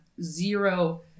zero